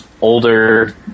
older